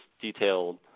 detailed